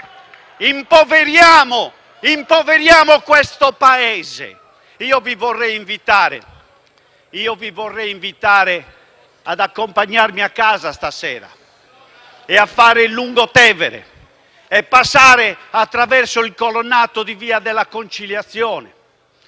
impoveriamo questo Paese. Io vi vorrei invitare ad accompagnarmi a casa stasera e a fare il Lungotevere e passare attraverso il colonnato di via della Conciliazione.